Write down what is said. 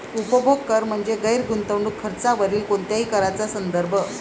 उपभोग कर म्हणजे गैर गुंतवणूक खर्चावरील कोणत्याही कराचा संदर्भ